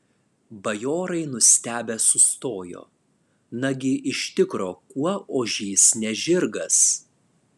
bajorai nustebę sustojo nagi iš tikro kuo ožys ne žirgas